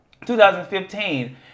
2015